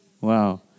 Wow